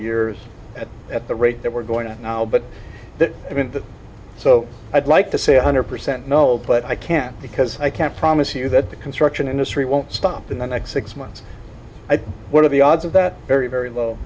years at at the rate that we're going to now but it isn't so i'd like to say one hundred percent no but i can't because i can't promise you that the construction industry won't stop in the next six months what are the odds of that very very low